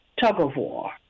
tug-of-war